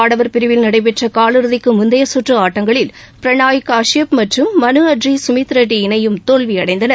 ஆடவர் பிரிவில் நடைபெற்ற காலிறுதிக்கு முந்தைய கற்று ஆட்டங்களில் பிரனாய் காஷ்பப் மற்றும் மனுஅட்ரி சுமித் ரெட்டி இணையும் தோல்வியடைந்தனர்